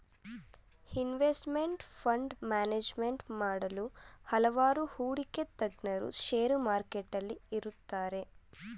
investment fund management ಮಾಡಲು ಹಲವಾರು ಹೂಡಿಕೆ ತಜ್ಞರು ಶೇರು ಮಾರುಕಟ್ಟೆಯಲ್ಲಿ ಇರುತ್ತಾರೆ